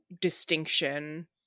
distinction